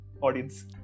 audience